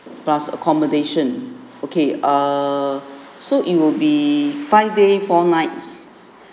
plus accommodation okay err so it will be five day four nights